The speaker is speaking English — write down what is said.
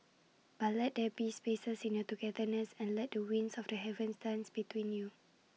but let there be spaces in your togetherness and let the winds of the heavens dance between you